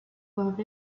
love